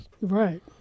Right